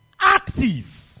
Active